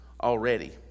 already